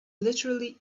literally